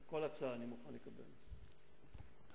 אני מוכן לקבל כל הצעה.